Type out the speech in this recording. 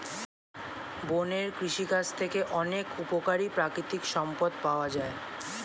বনের কৃষিকাজ থেকে অনেক উপকারী প্রাকৃতিক সম্পদ পাওয়া যায়